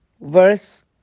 verse